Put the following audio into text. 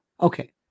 Okay